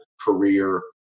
career